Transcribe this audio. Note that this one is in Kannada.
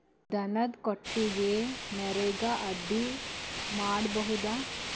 ದನದ ಕೊಟ್ಟಿಗಿ ನರೆಗಾ ಅಡಿ ಮಾಡಬಹುದಾ?